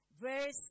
Verse